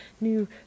new